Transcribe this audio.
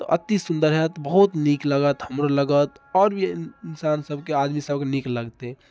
तऽ अतिसुन्दर होएत बहुत नीक लागत हमरो लागत आओर भी इन्सान सबके आदमी सबके नीक लगतै